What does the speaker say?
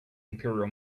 imperial